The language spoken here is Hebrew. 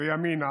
וימינה